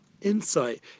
insight